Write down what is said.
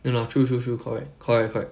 ya lah true true true correct correct correct